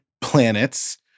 planets